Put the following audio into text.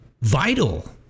vital